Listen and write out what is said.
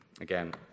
again